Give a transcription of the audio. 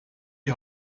die